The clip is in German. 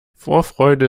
vorfreude